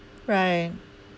right